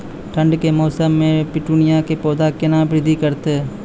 ठंड के मौसम मे पिटूनिया के पौधा केना बृद्धि करतै?